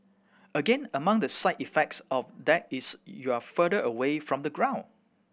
again among the side effects of that is you're further away from the ground